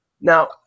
Now